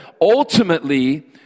ultimately